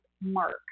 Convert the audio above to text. mark